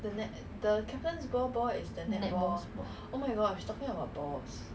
K O R F what's that I never hear before also eh